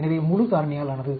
எனவே முழு காரணியாலானது